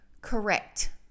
correct